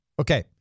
Okay